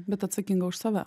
bet atsakinga už save